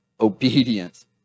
obedience